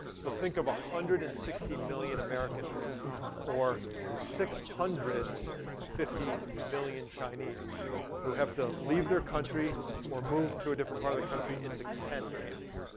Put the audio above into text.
so think of one hundred and sixty million americans or six hundred and fifty million chinese who have to leave their country or move to a different part of the country into tent camps.